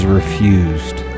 refused